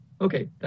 Okay